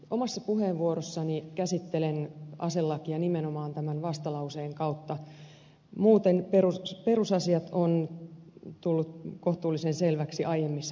omassa puheenvuorossani käsittelen aselakia nimenomaan tämän vastalauseen kautta muuten perusasiat ovat tulleet kohtuullisen selväksi aiemmissa puheenvuoroissa